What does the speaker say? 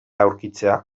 aurkitzea